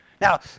Now